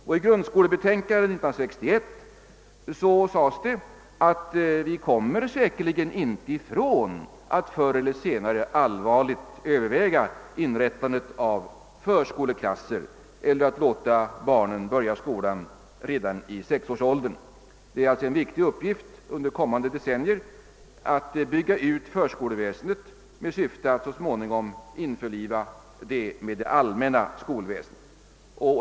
Och i grundskolebetänkandet 1961 sades det att vi säkerligen inte kommer ifrån att förr eller senare allvarligt överväga inrättandet av förskoleklasser eller att låta barnen börja skolan redan i sexårsåldern. Det är alltså en viktig uppgift under kommande decennier att bygga ut förskoleväsendet i syfte att så småningom införliva detta med det allmänna skolväsendet.